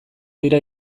dira